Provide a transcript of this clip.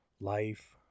life